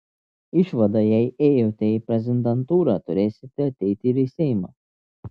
išvada jei ėjote į prezidentūrą turėsite ateiti ir į seimą